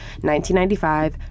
1995